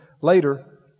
later